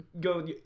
go